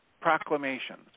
proclamations